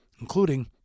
including